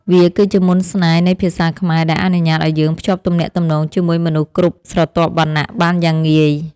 វាគឺជាមន្តស្នេហ៍នៃភាសាខ្មែរដែលអនុញ្ញាតឱ្យយើងភ្ជាប់ទំនាក់ទំនងជាមួយមនុស្សគ្រប់ស្រទាប់វណ្ណៈបានយ៉ាងងាយ។